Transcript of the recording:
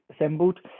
assembled